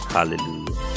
Hallelujah